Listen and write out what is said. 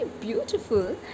beautiful